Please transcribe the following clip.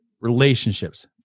relationships